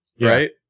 Right